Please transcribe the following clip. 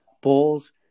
balls